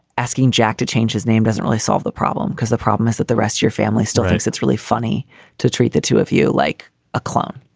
asking jack to change his name doesn't really solve the problem, because the problem is that the rest your family still thinks it's really funny to treat the two of you like a clown.